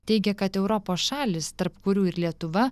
teigia kad europos šalys tarp kurių ir lietuva